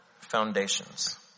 Foundations